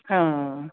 हां